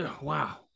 wow